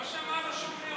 לא שמענו שום נאום.